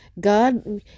God